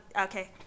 okay